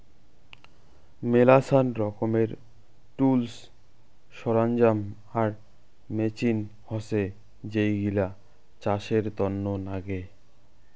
মেলাছান রকমের টুলস, সরঞ্জাম আর মেচিন হসে যেইগিলা চাষের তন্ন নাগে